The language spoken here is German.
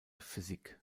physik